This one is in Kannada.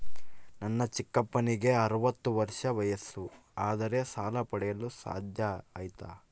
ನನ್ನ ಚಿಕ್ಕಪ್ಪನಿಗೆ ಅರವತ್ತು ವರ್ಷ ವಯಸ್ಸು ಆದರೆ ಸಾಲ ಪಡೆಯಲು ಸಾಧ್ಯ ಐತಾ?